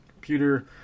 computer